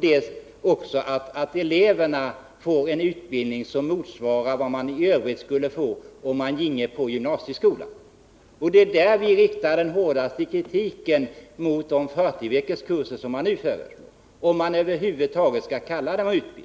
dels se till att eleverna får en utbildning som motsvarar den man skulle få om man ginge på gymnasieskolan. Det är där vi riktar den hårdaste kritiken mot de 40-veckorskurser som nu föreslås. Det är tveksamt om de över huvud taget skall kallas utbildning.